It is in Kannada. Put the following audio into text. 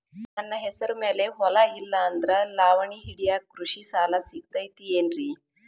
ನನ್ನ ಹೆಸರು ಮ್ಯಾಲೆ ಹೊಲಾ ಇಲ್ಲ ಆದ್ರ ಲಾವಣಿ ಹಿಡಿಯಾಕ್ ಕೃಷಿ ಸಾಲಾ ಸಿಗತೈತಿ ಏನ್ರಿ?